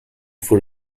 for